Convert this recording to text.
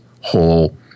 whole